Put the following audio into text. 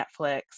Netflix